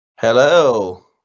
Hello